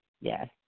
yes